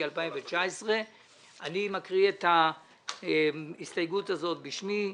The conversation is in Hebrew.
2019)". אני מקריא את ההסתייגות הזאת בשמי,